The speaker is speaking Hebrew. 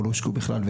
או לא הושקעו בכלל,